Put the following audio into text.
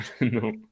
no